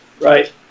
Right